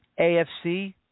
AFC